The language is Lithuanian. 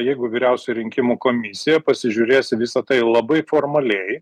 jeigu vyriausioji rinkimų komisija pasižiūrės į visa tai labai formaliai